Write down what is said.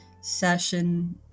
session